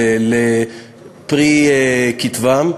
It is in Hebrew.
על פרי כתיבתם.